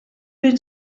ben